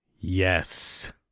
Yes